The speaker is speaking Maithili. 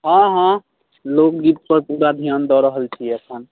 हँ हँ लोकगीत पर पूरा ध्यान दऽ रहल छियै अखन